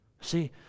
See